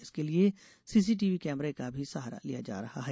इसके लिए सीसीटीवी कैमरे का भी सहारा लिया जा रहा है